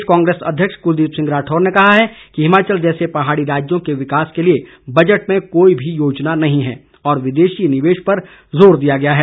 प्रदेश कांग्रेस अध्यक्ष कुलदीप सिंह राठौर ने कहा है कि हिमाचल जैसे पहाड़ी राज्यों के विकास के लिए बजट में कोई भी योजना नहीं है और विदेशी निवेश पर जोर दिया गया है